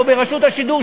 או ברשות השידור,